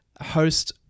host